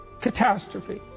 catastrophe